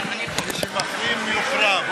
מי שמחרים, יוחרם.